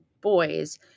boys